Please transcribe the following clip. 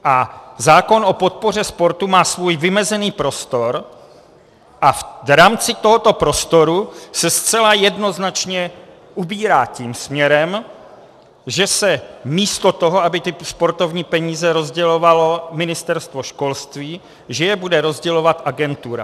A zákon o podpoře sportu má svůj vymezený prostor a v rámci tohoto prostoru se zcela jednoznačně ubírá tím směrem, že místo toho, aby sportovní peníze rozdělovalo Ministerstvo školství, je bude rozdělovat agentura.